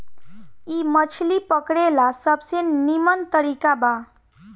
इ मछली पकड़े ला सबसे निमन तरीका बा